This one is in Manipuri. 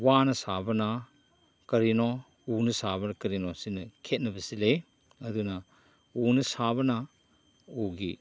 ꯋꯥꯅ ꯁꯥꯕꯅ ꯀꯔꯤꯅꯣ ꯎꯅ ꯁꯥꯕꯅ ꯀꯔꯤꯅꯣ ꯁꯤꯅꯤ ꯈꯦꯠꯅꯕꯁꯤ ꯂꯩ ꯑꯗꯨꯅ ꯎꯅ ꯁꯥꯕꯅ ꯎꯒꯤ